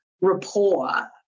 rapport